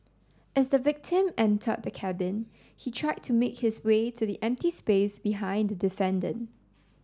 as the victim entered the cabin he tried to make his way to the empty space behind the defendant